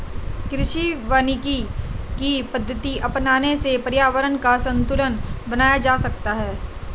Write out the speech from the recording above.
कृषि वानिकी की पद्धति अपनाने से पर्यावरण का संतूलन बनाया जा सकता है